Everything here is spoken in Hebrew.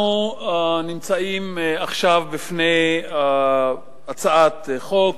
אנחנו נמצאים עכשיו בפני הצעת חוק